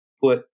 put